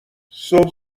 صبح